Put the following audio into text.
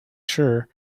sure